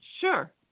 Sure